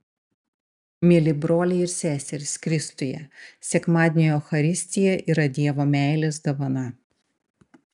mieli broliai ir seserys kristuje sekmadienio eucharistija yra dievo meilės dovana